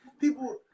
people